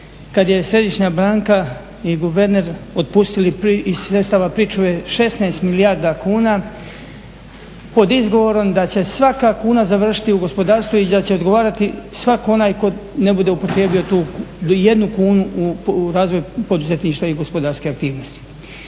kada je središnja banka i guverner otpustili iz sredstava pričuve 16 milijarda kuna pod izgovorom da će svaka kuna završiti u gospodarstvu i da će odgovarati svatko onaj tko ne bi upotrijebio tu jednu kunu u razvoju poduzetništva i gospodarske aktivnosti.